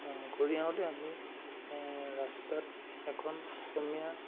ঘূৰি আহোঁতে আমি ৰাস্তাত এখন অসমীয়া